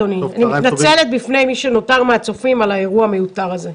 מתנצלת בפני מי שנותר מהצופים על האירוע המיותר הזה.